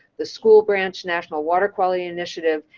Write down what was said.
the school branch national water quality initiative.